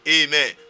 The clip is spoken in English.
Amen